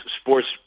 sports